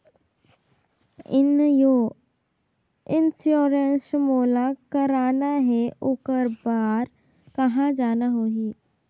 Insurance मोला कराना हे ओकर बार कहा जाना होही?